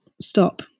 stop